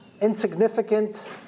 insignificant